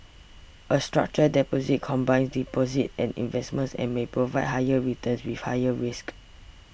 a structured deposit combines deposits and investments and may provide higher returns with higher risks